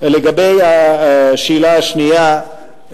לגבי השאלה השנייה,